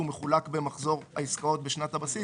מחולק במחזור העסקאות בשנת הבסיס,"